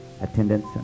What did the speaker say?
attendance